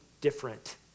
different